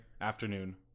afternoon